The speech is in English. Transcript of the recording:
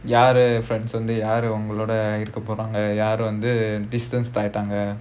யாரு:yaaru friends வந்து யாரு உங்களோட இருக்க போறாங்க யாரு வந்து:vanthu yaaru ungaloda irukka poraanga yaaru vanthu distance ஆயிட்டாங்க:ayittaanga